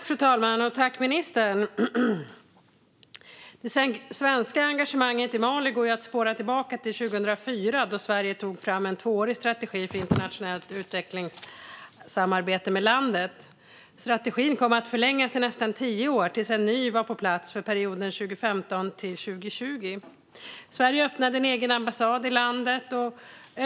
Fru talman! Det svenska engagemanget i Mali går att spåra tillbaka till 2004, då Sverige tog fram en tvåårig strategi för internationellt utvecklingssamarbete med landet. Strategin kom att förlängas i nästan tio år tills en ny var på plats för perioden 2015-2020. Sverige öppnade en egen ambassad i landet 2011.